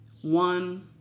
One